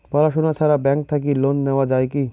পড়াশুনা ছাড়া ব্যাংক থাকি লোন নেওয়া যায় কি?